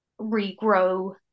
regrow